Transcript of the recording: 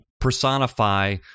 personify